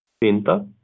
Pinta